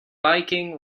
biking